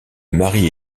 mari